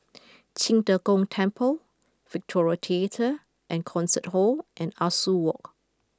Qing De Gong Temple Victoria Theatre and Concert Hall and Ah Soo Walk